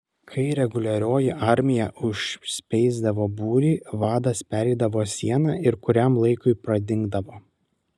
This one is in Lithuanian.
kai reguliarioji armija užspeisdavo būrį vadas pereidavo sieną ir kuriam laikui pradingdavo